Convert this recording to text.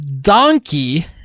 donkey